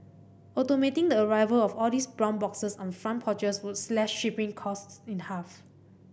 automating the arrival of all these brown boxes on front porches would slash shipping costs in the half